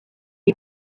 est